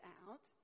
out